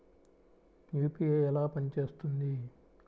UPI ఎలా పనిచేస్తుంది?